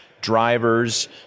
drivers